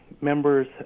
members